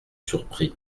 surpris